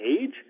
age